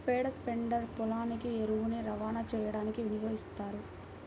పేడ స్ప్రెడర్ పొలానికి ఎరువుని రవాణా చేయడానికి వినియోగిస్తారు